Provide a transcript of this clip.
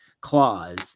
clause